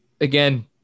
again